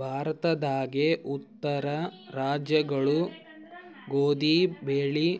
ಭಾರತದಾಗೇ ಉತ್ತರ ರಾಜ್ಯಗೊಳು ಗೋಧಿ ಬೆಳಿ